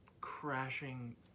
crashing